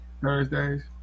Thursdays